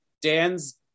Dan's